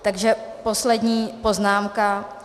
Takže poslední poznámka.